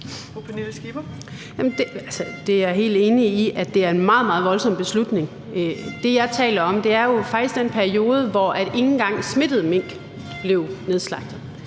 det er jeg helt enig i, altså at det er en meget, meget voldsom beslutning. Det, jeg taler om, er jo faktisk den periode, hvor ikke engang smittede mink blev nedslagtet.